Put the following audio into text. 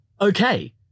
okay